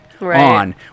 on